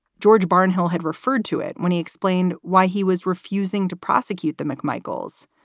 george barnhill had referred to it when he explained why he was refusing to prosecute the mcmichaels,